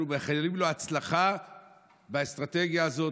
אנחנו מאחלים לו הצלחה באסטרטגיה הזאת,